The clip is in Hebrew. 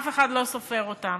אף אחד לא סופר אותם.